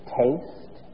taste